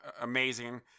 amazing